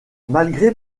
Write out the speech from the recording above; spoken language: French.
malgré